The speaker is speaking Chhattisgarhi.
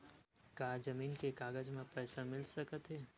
का जमीन के कागज म पईसा मिल सकत हे?